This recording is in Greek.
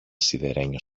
σιδερένιο